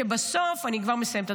אני כבר מסיימת,